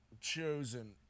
chosen